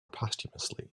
posthumously